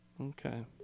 Okay